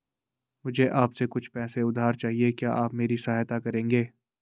मुझे आपसे कुछ पैसे उधार चहिए, क्या आप मेरी सहायता करेंगे?